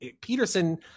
Peterson –